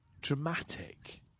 dramatic